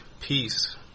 peace